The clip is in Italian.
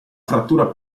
frattura